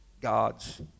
God's